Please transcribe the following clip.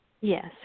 Yes